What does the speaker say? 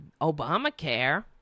Obamacare